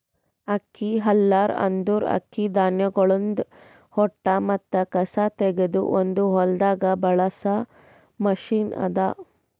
ಅಕ್ಕಿ ಹಲ್ಲರ್ ಅಂದುರ್ ಅಕ್ಕಿ ಧಾನ್ಯಗೊಳ್ದಾಂದ್ ಹೊಟ್ಟ ಮತ್ತ ಕಸಾ ತೆಗೆದ್ ಒಂದು ಹೊಲ್ದಾಗ್ ಬಳಸ ಮಷೀನ್ ಅದಾ